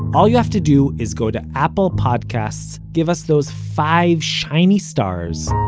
all you have to do is go to apple podcasts, give us those five shiny stars,